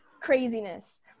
craziness